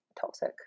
toxic